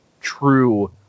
true